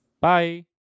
bye